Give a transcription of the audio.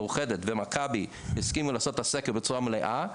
מאוחדת ומכבי הסכימו לעשות את הסקר בצורה מלאה.